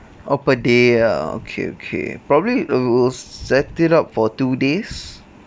oh per day ah okay okay probably we'll set it up for two days